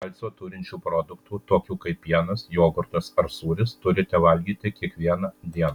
kalcio turinčių produktų tokių kaip pienas jogurtas ar sūris turite valgyti kiekvieną dieną